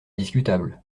discutable